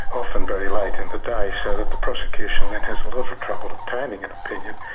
often very late in the day so that the prosecution then has a lot of trouble obtaining an opinion.